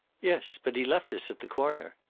yes. but he left us at the corner.